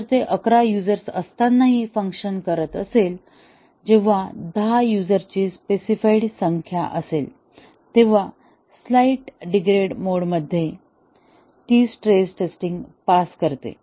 जर ते अकरा युझर असतानाही फंक्शन करत असेल जेव्हा दहा युझर ची स्पेसिफाइड संख्या असेल तेव्हा स्लाईट डीग्रेज्ड मोडमध्ये ती स्ट्रेस टेस्टिंग पास करते